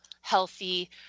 healthy